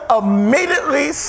immediately